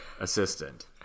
assistant